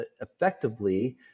effectively